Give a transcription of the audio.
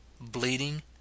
bleeding